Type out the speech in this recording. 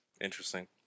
Interesting